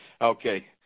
Okay